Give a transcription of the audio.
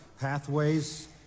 pathways